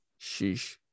Sheesh